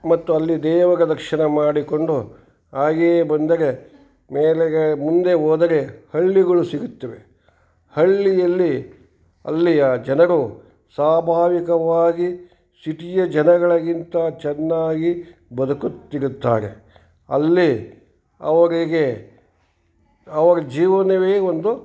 ಮತ್ತು ಅಲ್ಲಿ ದೇವರ ದರ್ಶನ ಮಾಡಿಕೊಂಡು ಹಾಗೆ ಬಂದರೆ ಮೇಲೆಗೆ ಮುಂದೆ ಹೋದರೆ ಹಳ್ಳಿಗಳು ಸಿಗುತ್ತವೆ ಹಳ್ಳಿಯಲ್ಲಿ ಅಲ್ಲಿಯ ಜನರು ಸ್ವಾಭಾವಿಕವಾಗಿ ಸಿಟಿಯ ಜನಗಳಿಗಿಂತ ಚೆನ್ನಾಗಿ ಬದುಕುತ್ತಿರುತ್ತಾರೆ ಅಲ್ಲಿ ಅವರಿಗೆ ಅವರ ಜೀವನವೇ ಒಂದು